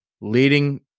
leading